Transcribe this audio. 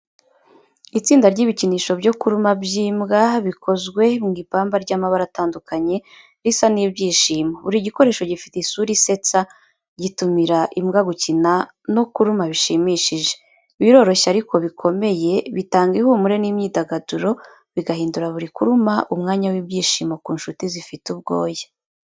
Itsinda ry’ibikinisho byo kuruma by’imbwa bikozwe mu ipamba ry’amabara atandukanye risa n’ibyishimo. Buri gikoresho gifite isura isetsa, gitumira imbwa gukina no kuruma bishimishije. Biroroshye ariko bikomeye, bitanga ihumure n’imyidagaduro, bigahindura buri kuruma umwanya w’ibyishimo ku nshuti zifite ubwoya.